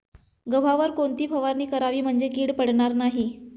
गव्हावर कोणती फवारणी करावी म्हणजे कीड पडणार नाही?